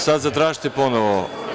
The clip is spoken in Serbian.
Sad zatražite ponovo.